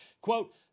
Quote